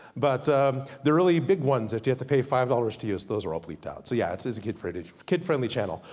but the really big ones, that you have to pay five dollars to use, those are all bleeped out. so yeah it's it's a kid friendly kid friendly channel.